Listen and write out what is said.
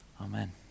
Amen